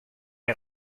est